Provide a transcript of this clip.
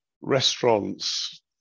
restaurants